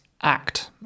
Act